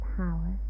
power